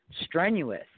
strenuous